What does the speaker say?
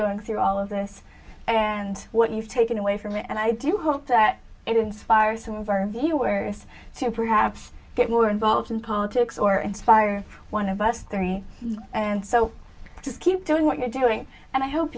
going through all of this and what you've taken away from it and i do hope that it inspires some of our viewers to perhaps get more involved in politics or inspire one of us three and so just keep doing what you're doing and i hope